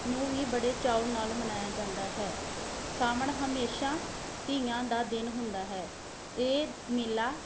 ਨੂੰ ਵੀ ਬੜੇ ਚਾਓ ਨਾਲ ਮਨਾਇਆ ਜਾਂਦਾ ਹੈ ਸਾਵਣ ਹਮੇਸ਼ਾ ਧੀਆਂ ਦਾ ਦਿਨ ਹੁੰਦਾ ਹੈ ਇਹ ਮੇਲਾ